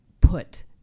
put